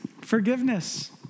Forgiveness